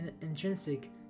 intrinsic